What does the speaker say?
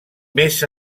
més